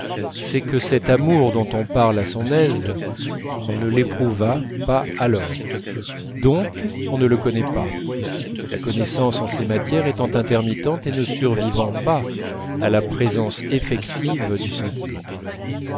c'est que cet amour dont on parle à son aise on ne l'éprouve pas alors donc on ne le connaît pas la connaissance en ces matières étant intermittente et ne survivant pas à la présence effective du sentiment